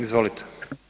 Izvolite.